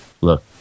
look